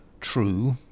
True